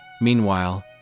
Meanwhile